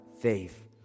faith